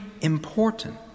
important